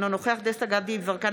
אינו נוכח דסטה גדי יברקן,